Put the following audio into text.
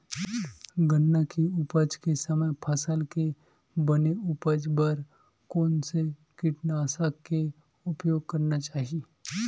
गन्ना के उपज के समय फसल के बने उपज बर कोन से कीटनाशक के उपयोग करना चाहि?